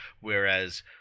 Whereas